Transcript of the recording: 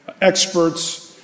experts